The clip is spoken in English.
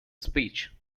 speech